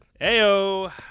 Ayo